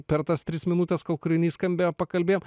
per tas tris minutes kol kūrinys skambėjo pakalbėjom